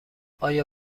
آیا